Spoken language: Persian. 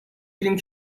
گیریم